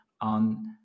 on